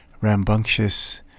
rambunctious